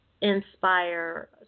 inspire